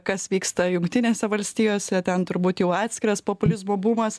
kas vyksta jungtinėse valstijose ten turbūt jau atskiras populizmo bumas